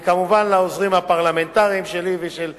וכמובן, לעוזרים הפרלמנטריים שלי ושל שלי,